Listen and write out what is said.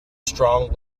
strong